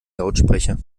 lautsprecher